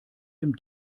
dem